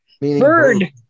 Bird